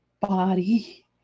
body